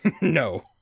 No